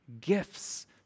gifts